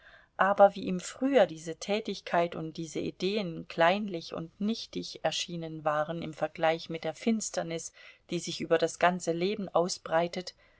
aber wie ihm früher diese tätigkeit und diese ideen kleinlich und nichtig erschienen waren im vergleich mit der finsternis die sich über das ganze leben ausbreitet